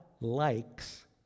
likes